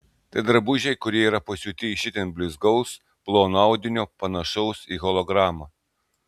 tai drabužiai kurie yra pasiūti iš itin blizgaus plono audinio panašaus į hologramą